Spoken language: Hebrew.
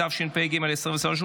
התשפ"ג 2023,